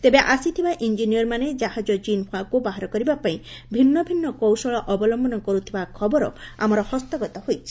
ତେବେ ଆସିଥିବା ଇଂଜିନିୟରମାନେ ଜାହାଜ ଜିନ୍ ହ୍ୱାକୁ ବାହାର କରିବା ପାଇଁ ଭିନୁ ଭିନୁ କୌଶଳ ଅବଲମ୍ମନ କରୁଥିବା ଖବର ଆମର ହସ୍ତଗତ ହୋଇଛି